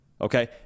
okay